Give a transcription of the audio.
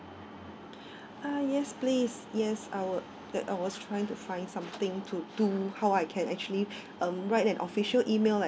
uh yes please yes I was I was trying to find something to do how I can actually uh write an official email